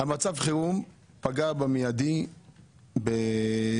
מצב חירום פגע מידית בעסקים,